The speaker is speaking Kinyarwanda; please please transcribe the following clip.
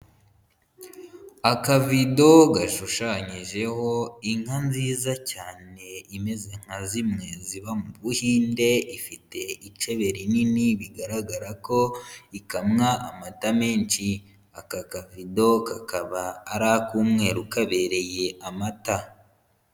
Akavido gashushanyijeho inka nziza cyane imeze nka zimwe ziba mu Buhinde, ifite icebe rinini bigaragara ko ikamwa amata menshi, aka kavido kakaba ari ak'umweru kabereye amata.